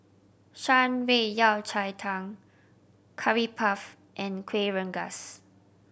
Shan Rui Yao Cai Tang Curry Puff and Kuih Rengas